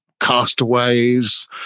castaways